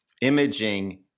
imaging